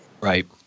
Right